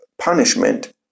punishment